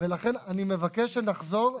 ולכן אני מבקש שנחזור לנוסח.